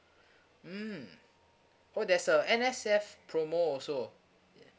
mm oh there's a N_S_F promo also